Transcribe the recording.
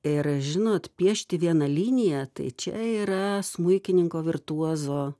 ir žinot piešti vieną liniją tai čia yra smuikininko virtuozo